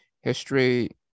history